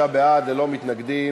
55 בעד, ללא מתנגדים.